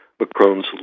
Macron's